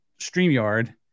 StreamYard